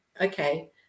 okay